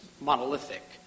monolithic